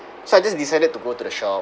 so I just decided to go to the shop